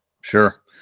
Sure